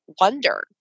wonder